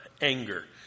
anger